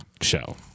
show